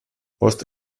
post